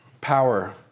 Power